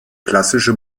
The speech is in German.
klassische